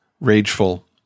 rageful